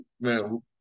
man